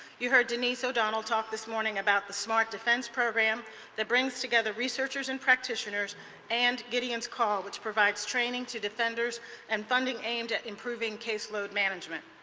you heard denise o'donnell talked this morning about the smart defense program that brings together researchers and practitioners and gideon's call, which provides training to defenders and funding aimed to caseload management.